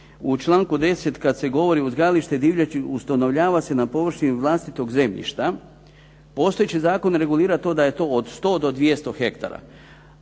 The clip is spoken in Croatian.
u članku 10. kad se govori "Uzgajalište divljači ustanovljava se na površini vlastitog zemljišta.". Postojeći zakon regulira to da je to od 100 do 200 hektara.